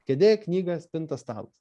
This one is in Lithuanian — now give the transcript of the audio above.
kėdė knyga spinta stalas